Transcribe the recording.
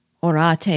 orate